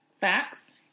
Facts